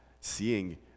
seeing